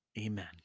Amen